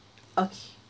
okay